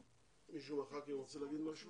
מישהו מחברי הכנסת רוצה להגיד משהו?